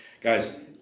Guys